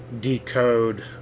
decode